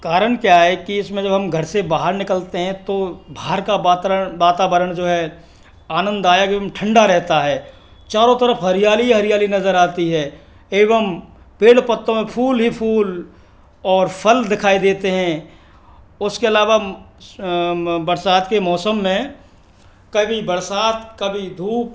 कारण क्या है कि इसमें जो हम घर से बाहर निकलते हैं तो बाहर का वातारण जो है आनंदायक ठंडा रहता है चारों तरफ़ हरियाली ही हरियाली नज़र आती है एवं पेड़ पत्तों में फूल ही फूल और फल दिखाई देते हैं उसके इलावा बरसात के मौसम में कभी बरसात कभी धूप